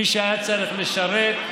מי שהיה צריך לשרת,